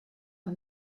und